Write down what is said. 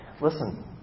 listen